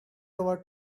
over